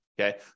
Okay